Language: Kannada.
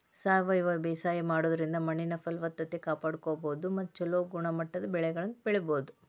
ಸಾವಯವ ಬೇಸಾಯ ಮಾಡೋದ್ರಿಂದ ಮಣ್ಣಿನ ಫಲವತ್ತತೆ ಕಾಪಾಡ್ಕೋಬೋದು ಮತ್ತ ಚೊಲೋ ಗುಣಮಟ್ಟದ ಬೆಳೆಗಳನ್ನ ಬೆಳಿಬೊದು